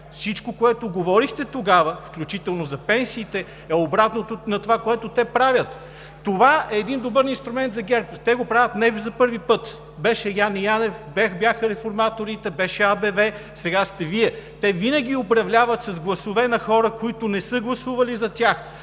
Всичко, което говорихте тогава, включително за пенсиите, е обратното на това, което те правят. Това е един добър инструмент за ГЕРБ. Те го правят не за първи път – беше Яне Янев, бяха реформаторите, беше АБВ – сега сте Вие. Те винаги управляват с гласове на хора, които не са гласували за тях.